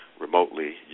remotely